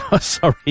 Sorry